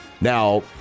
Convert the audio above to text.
Now